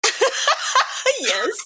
Yes